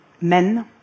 men